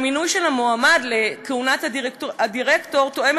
שהמינוי של המועמד לכהונת הדירקטור תואם